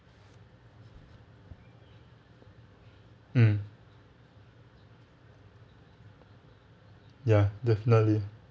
um ya definitely